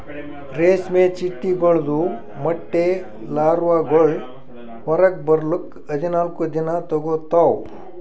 ರೇಷ್ಮೆ ಚಿಟ್ಟೆಗೊಳ್ದು ಮೊಟ್ಟೆ ಲಾರ್ವಾಗೊಳ್ ಹೊರಗ್ ಬರ್ಲುಕ್ ಹದಿನಾಲ್ಕು ದಿನ ತೋಗೋತಾವ್